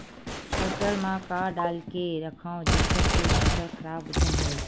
फसल म का डाल के रखव जेखर से फसल खराब झन हो?